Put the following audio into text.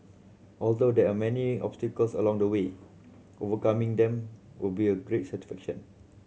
although there are many obstacles along the way overcoming them will be great satisfaction